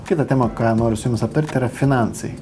kita tema ką noriu su jumis aptarti yra finansai